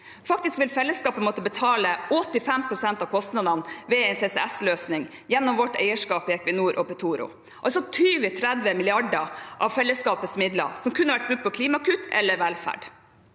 Faktisk vil fellesskapet måtte betale 85 pst. av kostnadene ved en CCS-løsning gjennom vårt eierskap i Equinor og Petoro, altså 20–30 mrd. kr av fellesskapets midler som kunne vært brukt på klimagasskutt eller velferd.